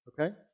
okay